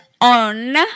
on